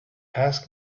ask